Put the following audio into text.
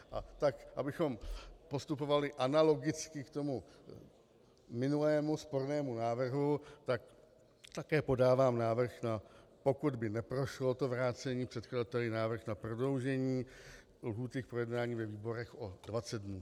A abychom postupovali analogicky k tomu minulému spornému návrhu, tak také podávám návrh, pokud by neprošlo to vrácení předkladateli, návrh na prodloužení lhůty pro projednání ve výborech o 20 dnů.